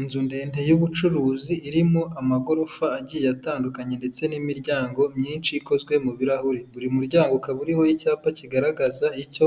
Inzu ndende y'ubucuruzi irimo amagorofa agiye atandukanye ndetse n'imiryango myinshi ikozwe mu birahuri, buri muryango ukaba uriho icyapa kigaragaza icyo